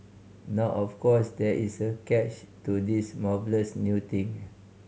now of course there is a catch to this marvellous new thing